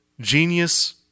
genius